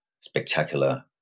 spectacular